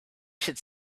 should